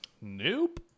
Nope